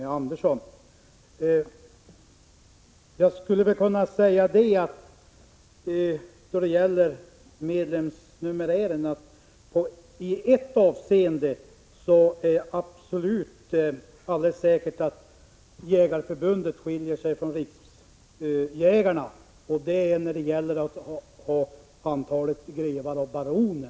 Beträffande medlemsnumerären skulle jag kunna säga att Svenska jägareförbundet i varje fall i ett avseende skiljer sig alldeles säkert från Jägarnas riksförbund, nämligen då det gäller antalet grevar och baroner.